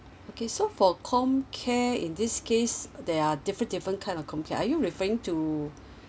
okay so for comcare in this case there are different different kind of comcare are you referring to